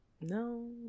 no